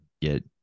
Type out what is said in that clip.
get